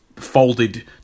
Folded